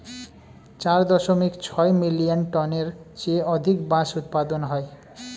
চার দশমিক ছয় মিলিয়ন টনের চেয়ে অধিক বাঁশ উৎপাদন হয়